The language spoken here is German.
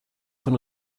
von